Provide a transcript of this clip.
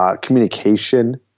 communication